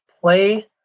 play